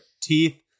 teeth